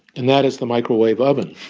and that is the microwave oven